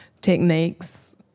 techniques